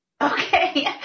Okay